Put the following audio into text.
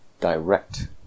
direct